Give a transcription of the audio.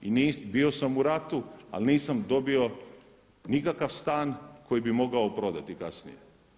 I bio sam u ratu, ali nisam dobio nikakav stan koji bih mogao prodati kasnije.